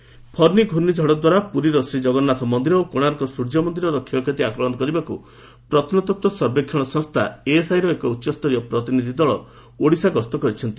ASI team Odisha Fani ଘ୍ରର୍ଷିଝଡ଼ଦ୍ୱାରା ପୁରୀର ଶ୍ରୀଜଗନ୍ନାଥ ମନ୍ଦିର ଓ କୋଶାର୍କ ସ୍ୱର୍ଯ୍ୟ ମନ୍ଦିରର କ୍ଷୟକ୍ଷତି ଆକଳନ କରିବାକୁ ପ୍ରତ୍ନତତ୍ତ୍ୱ ସର୍ବେକ୍ଷଣ ସଂସ୍ଥା ଏଏସ୍ଆଇର ଏକ ଉଚ୍ଚସ୍ତରୀୟ ପ୍ରତିନିଧି ଦଳ ଓଡ଼ିଶା ଗସ୍ତ କରିଛନ୍ତି